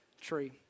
tree